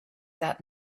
that